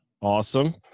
Awesome